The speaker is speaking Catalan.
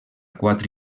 quatre